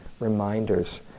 reminders